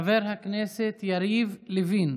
חבר הכנסת יריב לוין,